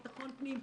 ביטחון פנים,